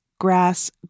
grass